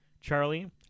charlie